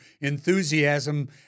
enthusiasm